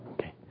Okay